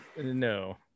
No